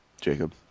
Jacob